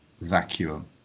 vacuum